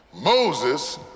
Moses